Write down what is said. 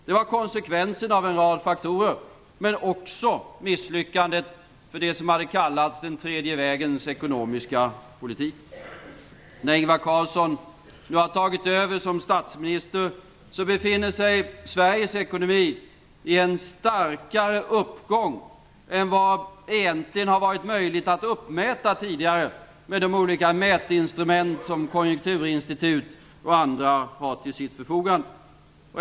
Det var konsekvenserna av en rad faktorer men också misslyckandet för det som hade kallats den tredje vägens ekonomiska politik. När Ingvar Carlsson nu har tagit över som statsminister, befinner sig Sveriges ekonomi i en starkare uppgång än vad egentligen har varit möjligt att uppmäta tidigare med de olika mätinstrument som konjunkturinstitut och andra har till sitt förfogande.